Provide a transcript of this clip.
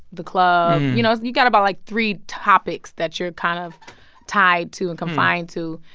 the club. you know, you've got about, like, three topics that you're kind of tied to and confined to.